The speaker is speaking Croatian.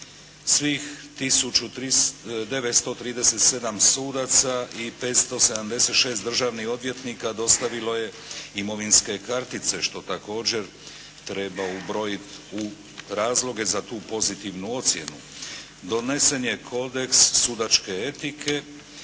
937 sudaca i 576 državnih odvjetnika dostavilo je imovinske kartice, što također treba ubrojiti u razloge za tu pozitivnu ocjenu. Donesen je kodeks sudačke etike,